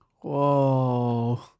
Whoa